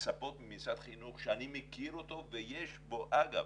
לצפות ממשרד חינוך שאני מכיר אותו ויש בו אגב,